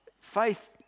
Faith